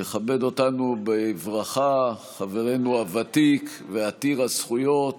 יכבד אותנו בברכה חברנו הוותיק ועתיר הזכויות